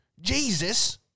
Jesus